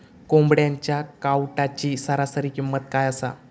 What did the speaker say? कोंबड्यांच्या कावटाची सरासरी किंमत काय असा?